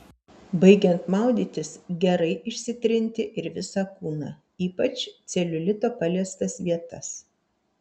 baigiant maudytis gerai išsitrinti ir visą kūną ypač celiulito paliestas vietas